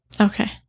okay